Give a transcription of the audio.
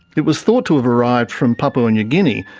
it was thought to have arrived from papua new guinea,